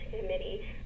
committee